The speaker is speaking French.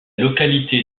localité